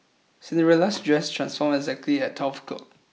Cinderella's dress transformed exactly at twelve o'clock